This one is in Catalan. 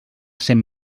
cent